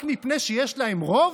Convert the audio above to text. רק מפני שיש להם רוב?